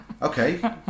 Okay